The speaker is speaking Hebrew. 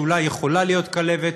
שאולי יכולה להיות כלבת,